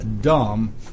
dumb